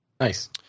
Nice